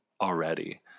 already